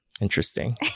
Interesting